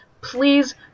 please